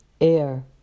air